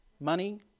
money